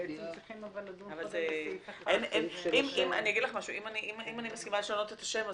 אבל בעצם צריכים לדון בסעיף 1. אם אני מסכימה לשנות את השם,